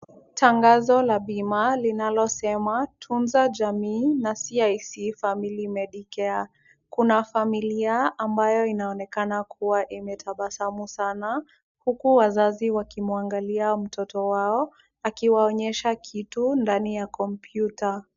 Tangazo la bima linalosema tunza jamii na CIC Family Medicare. Kuna familia ambayo inaonekana kuwa imetabasamu sana, huku wazazi wakimwangalia mtoto wao, akiwaonyesha kitu ndani ya kompyuta.